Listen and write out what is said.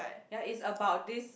ya is about this